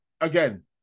again